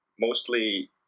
mostly